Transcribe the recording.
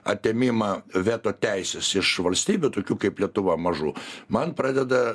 atėmimą veto teisės iš valstybių tokių kaip lietuva mažų man pradeda